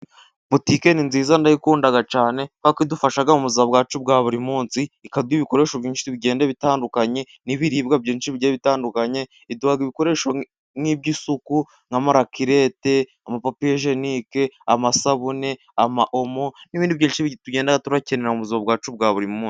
Butike ni nziza ndayikunda cyane. Kubera ko idufasha mu buzima bwacu bwa buri munsi, ikaduha ibikoresho byinshi bigenda bitandukanye, n'ibiribwa byinshi bitandukanye. Iduha ibikoresho nk'iby'isuku, nk'amarakerete amapapiyejenike, amasabune n'ibindi tugenda turakenera mu buzima bwacu bwa buri munsi.